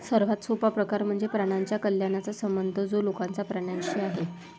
सर्वात सोपा प्रकार म्हणजे प्राण्यांच्या कल्याणाचा संबंध जो लोकांचा प्राण्यांशी आहे